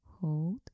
Hold